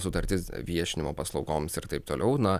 sutartis viešinimo paslaugoms ir taip toliau na